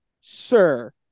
sir